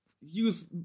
use